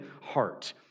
heart